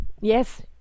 Yes